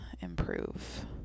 improve